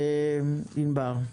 ענבר?